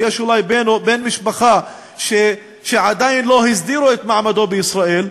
שיש אולי בן משפחה שעדיין לא הסדירו את מעמדו בישראל,